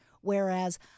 Whereas